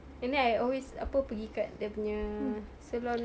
and then I always apa pergi kat dia punya saloon